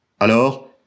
Alors